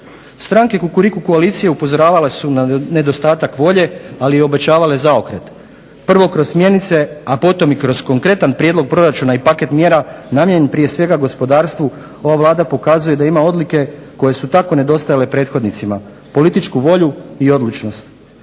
Stranke Kukuriku koalicije upozoravale su na nedostatak volje, ali i obećavale zaokret. Prvo kroz smjernice a potom i kroz konkretan prijedlog proračuna i paket mjera namijenjen prije svega gospodarstvu ova Vlada pokazuje da ima odlike koje su tako nedostajale prethodnicima, političku volju i odlučnost.